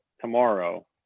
tomorrow